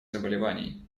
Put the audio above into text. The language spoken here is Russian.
заболеваний